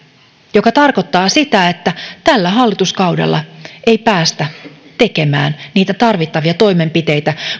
mikä tarkoittaa sitä että tällä hallituskaudella ei päästä tekemään niitä tarvittavia toimenpiteitä